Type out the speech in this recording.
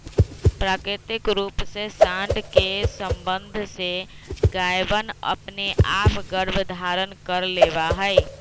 प्राकृतिक रूप से साँड के सबंध से गायवनअपने आप गर्भधारण कर लेवा हई